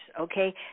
okay